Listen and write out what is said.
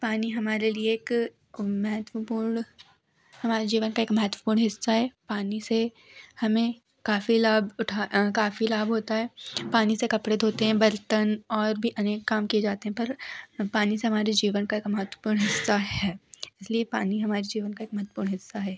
पानी हमारे लिए एक महत्वपूर्ण हमारे जीवन का एक महत्वपूण हिस्सा है पानी से हमें काफ़ी लाभ उठा काफ़ी लाभ होता है पानी से कपड़े धोते हैं बर्तन और भी अनेक काम किए जाते हैं पर पानी से हमारे जीवन का एक महत्वपूर्ण हिस्सा है इसलिए पानी हमारे जीवन का एक महत्वपूण हिस्सा है